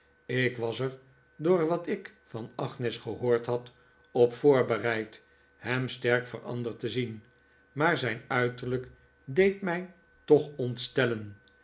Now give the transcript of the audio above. ik was er door wat ik van agnes gehoord had op voorbereid hem sterk veranderd te zien maar zijn uiterlijk deed mij toch ontstellen